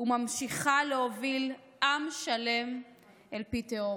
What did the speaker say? וממשיכה להוביל עם שלם אל פי תהום.